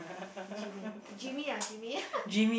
Jimm~ Jimmy ah Jimmy